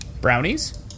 Brownies